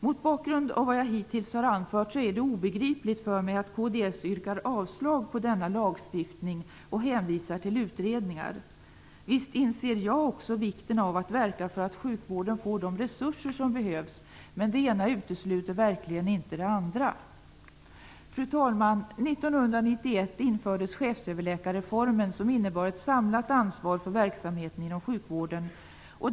Mot bakgrund av vad jag hittills anfört är det obegripligt att kds yrkar avslag på förslaget om denna lagstiftning och hänvisar till utredningar. Visst inser jag också vikten av att verka för att sjukvården får de resurser som behövs. Men det ena utesluter verkligen inte det andra. Fru talman! 1991 infördes chefsöverläkarreformen, som innebar ett samlat ansvar för verksamheten inom sjukvården.